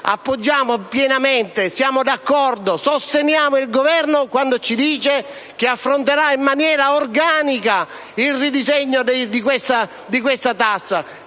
Appoggiamo pienamente, siamo d'accordo e sosteniamo il Governo quando ci dice che affronterà in maniera organica il ridisegno di questa imposta,